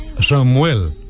Samuel